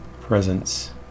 presence